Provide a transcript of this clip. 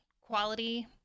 quality